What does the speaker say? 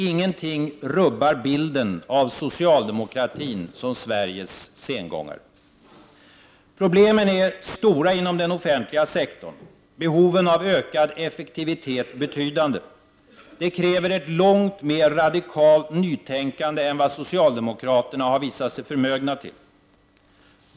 Ingenting rubbar bilden av socialdemokratin som Sveriges sengångare. Problemen är stora inom den offentliga sektorn. Behoven av ökad effektivitet är betydande. Det kräver ett långt mer radikalt nytänkande än vad socialdemokraterna har visat sig vara förmögna till.